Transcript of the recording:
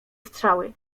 strzały